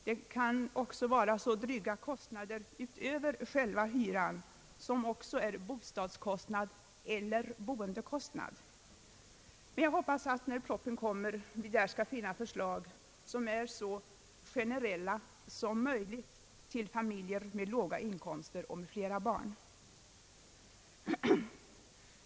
Det kan också vara dryga utgifter utöver själva hyran som även är bostadskostnad eller boendekostnad. Men jag hoppas att vi när propositionen kommer i den skall finna förslag som är så generella som möjligt om stöd till familjer med låga inkomster och många barn.